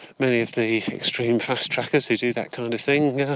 many of the extreme fast-trackers who do that kind of thing, ah,